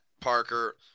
Parker